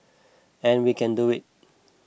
and we can do it